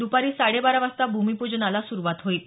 द्रपारी साडे बारा वाजता भूमिप्जनाला सुरुवात होईल